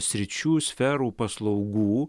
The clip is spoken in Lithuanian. sričių sferų paslaugų